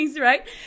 right